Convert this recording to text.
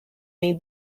may